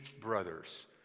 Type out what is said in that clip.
brothers